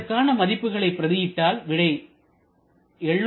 இதற்கான மதிப்புகளை பிரதி இட்டால் விடை 717